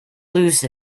lose